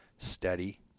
Steady